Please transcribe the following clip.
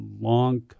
long